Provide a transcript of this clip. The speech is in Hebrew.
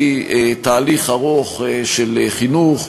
היא תהליך ארוך של חינוך,